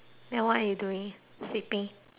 sleeping